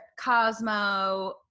Cosmo